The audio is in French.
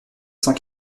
cent